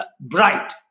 bright